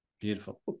Beautiful